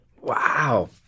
Wow